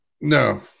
No